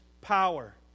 power